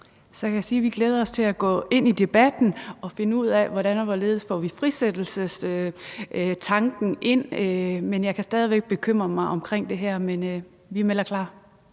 Så kan jeg sige, at vi glæder os til at gå ind i debatten og finde ud af, hvordan og hvorledes vi får frisættelsestanken ind, men at jeg stadig væk kan bekymre mig om det her. Men vi melder klar.